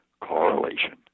correlation